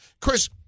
Chris